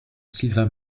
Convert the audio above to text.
sylvain